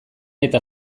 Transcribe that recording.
eta